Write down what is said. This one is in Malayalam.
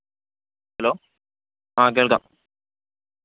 ഹലോ ആ കേൾക്കാം